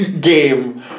game